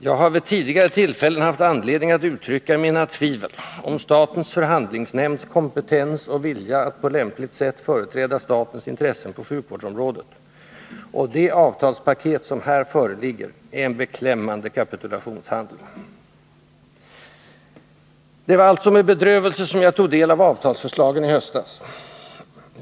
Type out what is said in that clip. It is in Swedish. Jag har vid tidigare tillfällen haft anledning att uttrycka mina tvivel om statens förhandlingsnämnds kompetens och vilja att på lämpligt sätt företräda statens intressen på sjukvårdsområdet, och det avtalspaket som här föreligger är en beklämman Det var alltså med bedrövelse som jag tog del av avtalsförslagen i höstas.